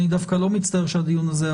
אני דווקא לא מצטער שהדיון הזה היה